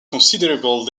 considerable